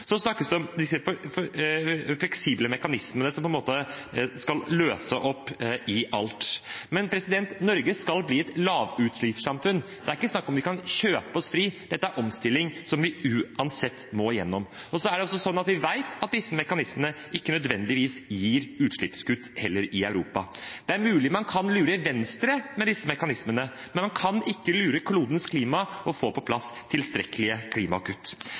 Så snakkes det om de fleksible mekanismene som på en måte skal løse opp i alt. Men Norge skal bli et lavutslippssamfunn. Det er ikke snakk om at vi kan kjøpe oss fri, dette er omstilling som vi uansett må igjennom. Vi vet også at disse mekanismene ikke nødvendigvis gir utslippskutt i Europa. Det er mulig man kan lure Venstre med disse mekanismene, men man kan ikke lure klodens klima og få på plass tilstrekkelige klimakutt.